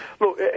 Look